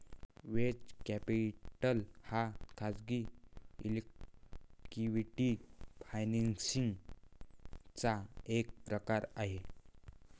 venture capital हा खाजगी equity financing चा एक प्रकार आहे